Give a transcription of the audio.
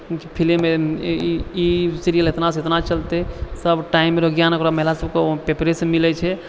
film ई serial इतना सँ इतना चलतै सब टाइम अरके ज्ञान महिला सबके पेपरेसँ मिलै छै